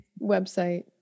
website